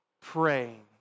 praying